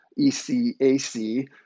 ECAC